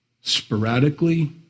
sporadically